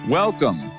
Welcome